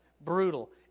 brutal